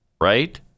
Right